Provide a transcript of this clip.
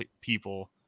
people